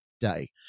day